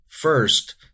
First